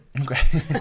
Okay